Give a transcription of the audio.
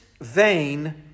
vain